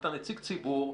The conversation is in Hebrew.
אתה נציג ציבור,